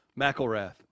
McElrath